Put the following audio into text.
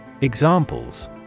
Examples